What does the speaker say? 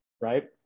right